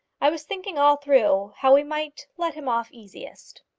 i was thinking all through how we might let him off easiest.